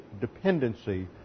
dependency